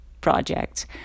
Project